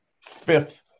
fifth